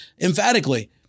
emphatically